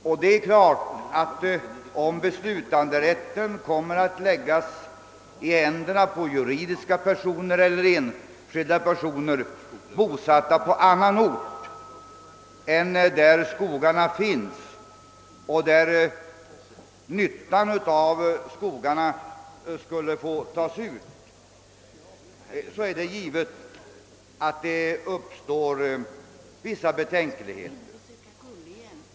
Och om beslutanderätten lägges i händerna på juridiska eller enskilda personer bosatta på andra orter än dem där skogarna finns och kan bli till nytta, så inger det givetvis vissa betänkligheter.